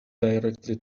directly